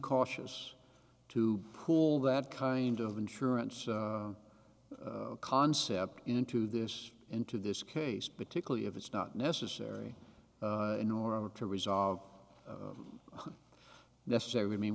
cautious to pull that kind of insurance concept into this into this case particularly if it's not necessary in order to resolve necessary mean